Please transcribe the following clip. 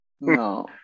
No